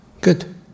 Good